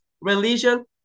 religion